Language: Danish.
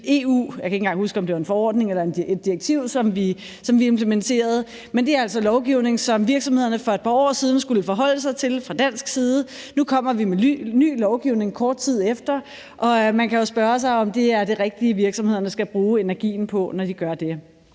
– jeg kan ikke engang huske, om det var en forordning eller et direktiv – som vi implementerede. Men det er altså lovgivning, som virksomhederne for par år siden skulle forholde sig til fra dansk side. Nu kommer vi med ny lovgivning kort tid efter. Man kan jo spørge sig, om det er det rigtige, virksomhederne skal bruge energien på, når de gør det.